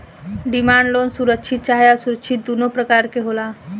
demand loan सुरक्षित चाहे असुरक्षित दुनो प्रकार के होला